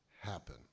happen